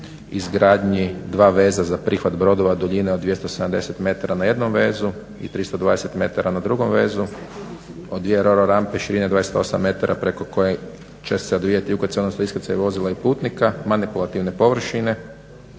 izgradnji dva veza za prihvat brodova duljine od 270 metara na jednom vezu i 320 metara na drugom vezu od dvije rolo rampe širine 28 metara preko koje će se odvijati ukrcaj odnosno iskrcaj vozila i putnika, manipulativne površine